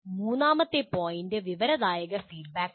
മൂന്നാമത്തെ പോയിൻ്റ് വിവരദായക ഫീഡ്ബാക്കാണ്